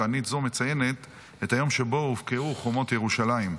תענית זו מציינת את היום שבו הובקעו חומות ירושלים,